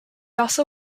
also